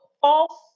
false